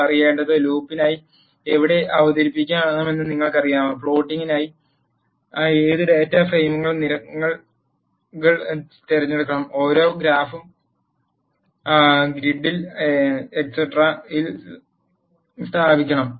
നിങ്ങൾ അറിയേണ്ടത് ലൂപ്പിനായി എവിടെ അവതരിപ്പിക്കണമെന്ന് നിങ്ങൾക്കറിയാമോ പ്ലോട്ടിംഗിനായി ഏത് ഡാറ്റാ ഫ്രെയിമിന്റെ നിരകൾ തിരഞ്ഞെടുക്കണം ഓരോ ഗ്രാഫും ഗ്രിഡിൽ etcetera ൽ സ്ഥാപിക്കണം